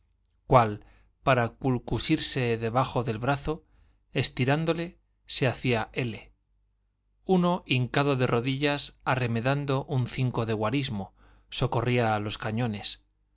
cuál para culcusirse debajo del brazo estirándole se hacía l uno hincado de rodillas arremedando un cinco de guarismo socorría a los cañones